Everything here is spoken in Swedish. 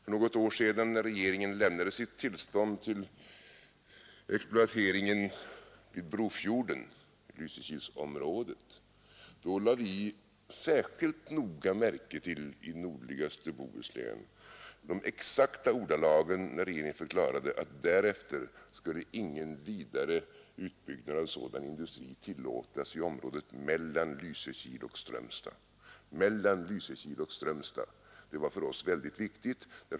För något år sedan, när regeringen lämnade sitt tillstånd till exploateringen vid Brofjorden i Lysekilsområdet, lade vi i nordligaste Bohuslän särskilt noga märke till de exakta ordalagen när regeringen förklarade att härefter skulle ingen vidare utbyggnad av sådan industri tillåtas i området mellan Lysekil och Strömstad. Det var för oss väldigt viktigt.